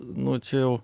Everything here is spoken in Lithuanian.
nu čia jau